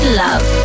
love